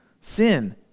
sin